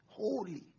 Holy